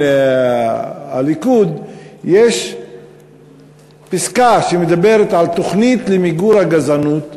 הליכוד יש פסקה שמדברת על תוכנית למיגור הגזענות,